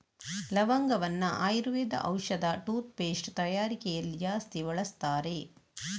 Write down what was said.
ಲವಂಗವನ್ನ ಆಯುರ್ವೇದ ಔಷಧ, toothpaste ತಯಾರಿಕೆಯಲ್ಲಿ ಜಾಸ್ತಿ ಬಳಸ್ತಾರೆ